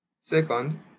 Second